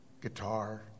guitar